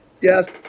Yes